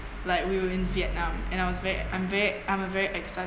like we were in vietnam and I was very I'm very I'm a very excitable